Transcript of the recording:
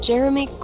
Jeremy